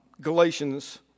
Galatians